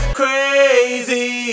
crazy